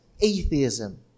atheism